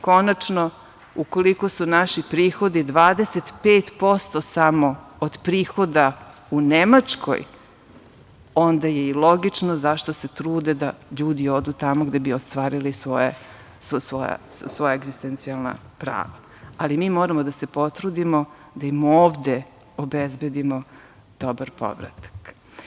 Konačno, ukoliko su naši prihodi 25% samo od prihoda u Nemačkoj, onda je i logično zašto se trude da ljudi odu tamo da bi ostvarili sva svoja egzistencionalna prava, ali mi moramo da se potrudimo da im ovde obezbedimo dobar povratak.